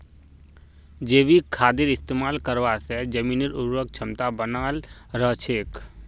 जैविक खादेर इस्तमाल करवा से जमीनेर उर्वरक क्षमता बनाल रह छेक